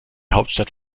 hauptstadt